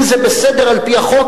אם זה בסדר על-פי החוק,